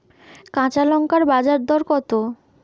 কাঁচা লঙ্কার বাজার দর কত?